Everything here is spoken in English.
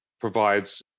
provides